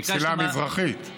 המסילה המזרחית.